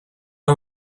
are